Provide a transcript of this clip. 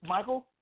Michael